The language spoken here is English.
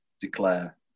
declare